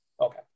Okay